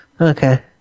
Okay